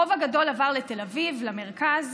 הרוב הגדול עבר לתל אביב, למרכז,